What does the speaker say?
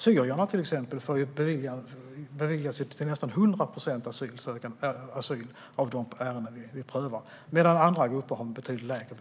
Syrierna, till exempel, får ju sina asylansökningar beviljade till nästan 100 procent medan andra grupper har en betydligt lägre beviljandegrad.